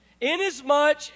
inasmuch